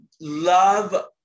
love